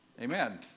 Amen